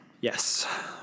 Yes